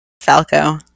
Falco